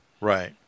right